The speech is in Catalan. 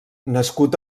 nascut